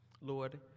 Lord